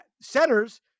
centers